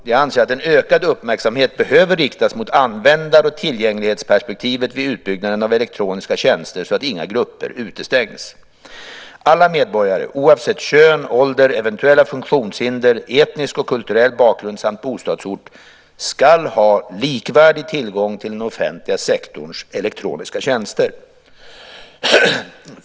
Jag anser att en ökad uppmärksamhet behöver riktas mot användar och tillgänglighetsperspektivet vid utbyggnaden av elektroniska tjänster så att inga grupper utestängs. Alla medborgare, oavsett kön, ålder, eventuella funktionshinder, etnisk och kulturell bakgrund samt bostadsort, ska ha likvärdig tillgång till den offentliga sektorns elektroniska tjänster.